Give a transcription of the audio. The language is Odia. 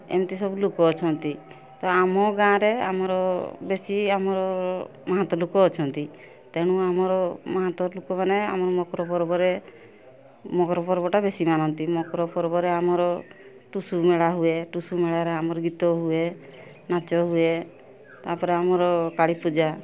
ଏମ୍ତି ସବୁ ଲୋକ ଅଛନ୍ତି ତ ଆମ ଗାଁରେ ଆମର ବେଶୀ ଆମର ମାହାନ୍ତ ଲୋକ ଅଛନ୍ତି ତେଣୁ ଆମର ମାହାନ୍ତ ଲୋକମାନେ ଆମ ମକର ପର୍ବରେ ମକର ପର୍ବଟା ବେଶୀ ମାନନ୍ତି ମକର ପର୍ବରେ ଆମର ଟୁସୁ ମେଳା ହୁଏ ଟୁସୁ ମେଳାରେ ଆମର ଗୀତ ହୁଏ ନାଚ ହୁଏ ତାପରେ ଆମର କାଳିପୂଜା